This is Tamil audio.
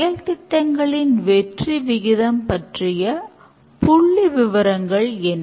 செயல் திட்டங்களின் வெற்றி விகிதம் பற்றிய புள்ளி விவரங்கள் என்ன